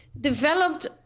developed